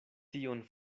tion